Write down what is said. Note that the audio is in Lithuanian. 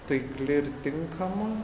taikli ir tinkama